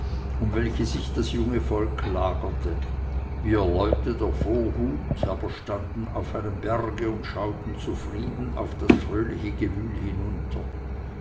um welche sich das junge volk lagerte wir leute der vorhat aber standen auf einem berge und schauten zufrieden auf das fröhliche gewühl hinunter